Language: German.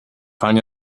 fallen